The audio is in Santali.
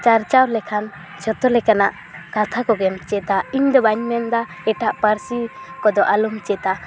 ᱪᱟᱨᱪᱟᱣ ᱞᱮᱠᱷᱟᱱ ᱡᱚᱛᱚ ᱞᱮᱠᱟᱱᱟᱜ ᱠᱟᱛᱷᱟ ᱠᱚᱜᱮᱢ ᱪᱮᱫᱟ ᱤᱧ ᱫᱚ ᱵᱟᱹᱧ ᱢᱮᱱᱮᱫᱟ ᱮᱴᱟᱜ ᱯᱟᱹᱨᱥᱤ ᱠᱚᱫᱚ ᱟᱞᱚᱢ ᱪᱮᱫᱟ